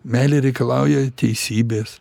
meilė reikalauja teisybės